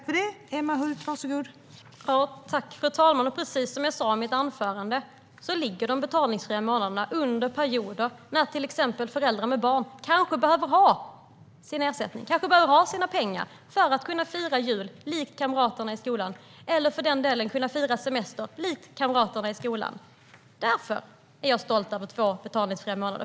Fru talman! Precis som jag sa i mitt anförande ligger de betalningsfria månaderna under perioder när till exempel föräldrar med barn kanske behöver ha sin ersättning och sina pengar för att kunna fira jul likt kamraterna i skolan eller för den delen kunna fira semester. Därför är jag stolt över två betalningsfria månader.